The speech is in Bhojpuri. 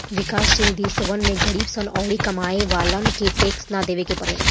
विकाश शील देशवन में गरीब सन अउरी कमाए वालन के टैक्स ना देवे के पड़ेला